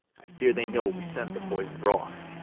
i fear they know we sent the poison'd broth.